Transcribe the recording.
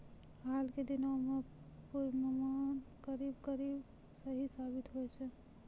हाल के दिनों मॅ पुर्वानुमान करीब करीब सही साबित होय छै